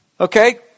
Okay